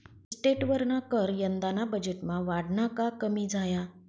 इस्टेटवरना कर यंदाना बजेटमा वाढना का कमी झाया?